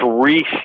three